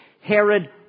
Herod